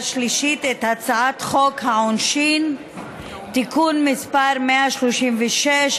שלישית את הצעת חוק העונשין (תיקון מס' 136),